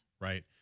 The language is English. right